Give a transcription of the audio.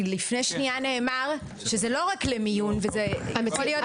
כי לפני שנייה נאמר שזה לא רק למיון וזה יכול להיות גם דברים להבין.